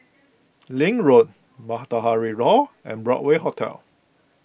Link Road Matahari Hall and Broadway Hotel